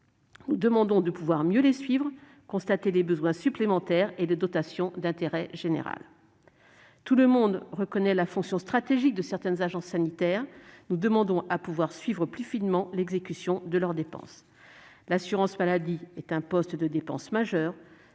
Nous demandons de pouvoir mieux les suivre, d'évaluer les besoins supplémentaires et le montant des dotations d'intérêt général. Tout le monde reconnaît la fonction stratégique de certaines agences sanitaires : nous demandons à pouvoir suivre plus finement l'exécution de leurs dépenses. L'assurance maladie est un poste de dépenses majeur